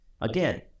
Again